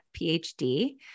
PhD